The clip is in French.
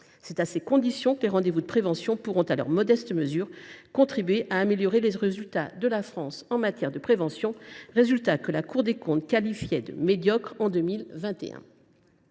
C’est à ces conditions que les rendez vous de prévention pourront, à leur modeste mesure, contribuer à améliorer les résultats de la France en matière de prévention, résultats que la Cour des comptes qualifiait de « médiocres » en 2021.